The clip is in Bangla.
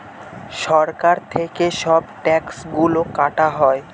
সরকার থেকে সব ট্যাক্স গুলো কাটা হয়